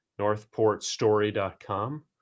NorthportStory.com